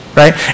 right